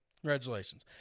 Congratulations